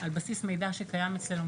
על בסיס מידע שקיים אצלנו,